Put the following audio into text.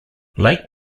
lake